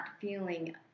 feeling